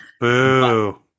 Boo